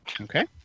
Okay